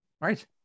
right